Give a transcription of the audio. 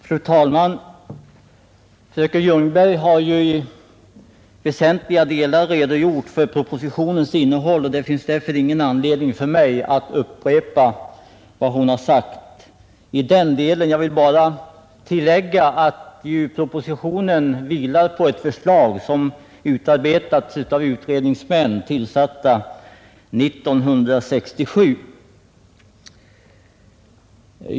Fru talman! Fröken Ljungberg har i väsentliga delar redogjort för propositionens innehåll, och det finns därför ingen anledning för mig att upprepa den saken, Jag vill bara tillägga att propositionen vilar på ett förslag som utarbetats av utredningsmän tillsatta 1967.